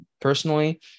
personally